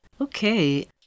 Okay